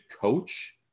coach